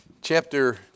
chapter